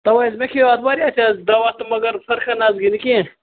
تَوَے حظ مےٚ کھیٚیو اَتھ واریاہ دوا تہٕ مگر فرقا نہٕ حظ گٔے نہٕ کیٚنٛہہ